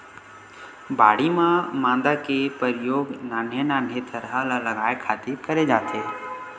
बाड़ी म मांदा के परियोग नान्हे नान्हे थरहा ल लगाय खातिर करे जाथे